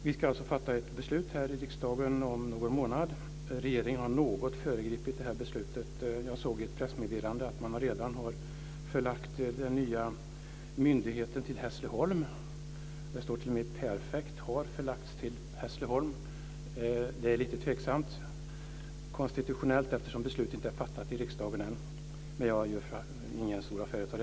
Vi ska alltså fatta ett beslut här i riksdagen om någon månad. Regeringen har något föregripit detta beslut. Jag såg i ett pressmeddelande att man redan har förlagt den nya myndigheten till Hässleholm. Det stod t.o.m. i perfekt: Myndigheten har förlagts till Hässleholm. Det är lite tveksamt konstitutionellt eftersom beslut inte är fattat i riksdagen än, men jag gör ingen stor affär av det.